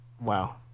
Wow